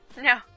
No